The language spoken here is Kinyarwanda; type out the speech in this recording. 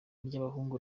ry’abahungu